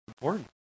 Important